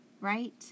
Right